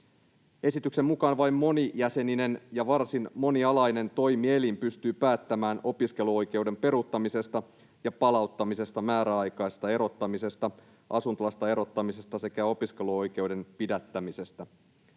Esityksen mukaan vain monijäseninen ja varsin monialainen toimielin pystyy päättämään opiskeluoikeuden peruuttamisesta ja palauttamisesta, määräaikaisesta erottamisesta, asuntolasta erottamisesta sekä opiskeluoikeuden pidättämisestä.